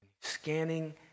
scanning